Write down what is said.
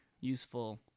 useful